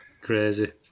crazy